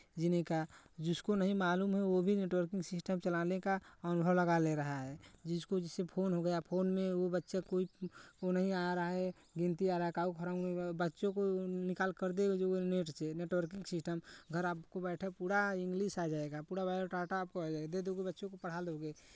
जीने का जिसको नहीं मालूम है वो भी नेटवर्किंग सिस्टम चलाने का अनुभव लगा ले रहा है जिसको जैसे फोन हो गया फोन में एगो बच्चा कोई वो नहीं आ रहा है गिनती आ रहा है बच्चों को निकाल कर दे नेट से नेटवर्किंग सिस्टम घर आपको बैठे पूरा इंग्लिश आ जाएगा पूरा बायोडाटा आपको आ जाएगा दे दोगी बच्चों को पढ़ा दोगी